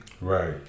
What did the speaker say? Right